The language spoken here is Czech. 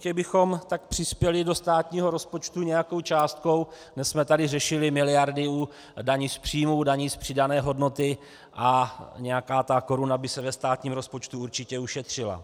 Určitě bychom tak přispěli do státního rozpočtu nějakou částkou my jsme tady řešili miliardu v dani z příjmů, v dani z přidané hodnoty a nějaká ta koruna by se ve státním rozpočtu určitě ušetřila.